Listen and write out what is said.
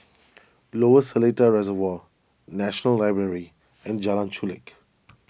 Lower Seletar Reservoir National Library and Jalan Chulek